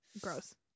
Gross